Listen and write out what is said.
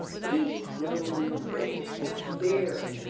he knows everything that's there,